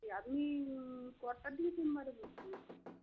ইয়ে আপনি কটা দিয়ে চেম্বারে বসবেন